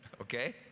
okay